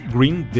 Green